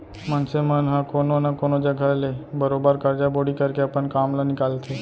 मनसे मन ह कोनो न कोनो जघा ले बरोबर करजा बोड़ी करके अपन काम ल निकालथे